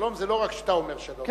שלום זה לא רק כשאתה אומר שלום,